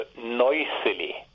noisily